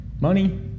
Money